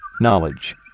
knowledge